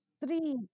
Three